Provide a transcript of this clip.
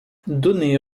donnez